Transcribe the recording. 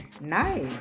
nice